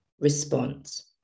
response